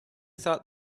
thought